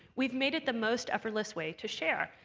we've made it the most effortless way to share.